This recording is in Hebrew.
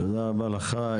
תודה רבה לך.